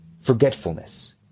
forgetfulness